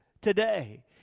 today